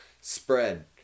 spread